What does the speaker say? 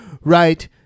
right